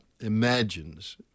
imagines